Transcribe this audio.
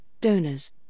donors